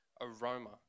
aroma